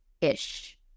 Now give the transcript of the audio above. ish